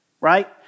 right